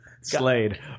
Slade